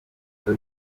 cyo